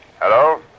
Hello